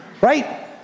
Right